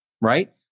right